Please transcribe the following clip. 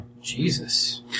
Jesus